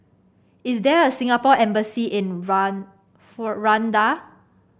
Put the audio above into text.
is there a Singapore Embassy in Rwanda